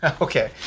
okay